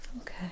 Okay